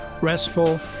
restful